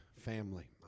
family